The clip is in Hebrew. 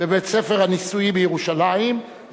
מבית-הספר הניסויי בירושלים,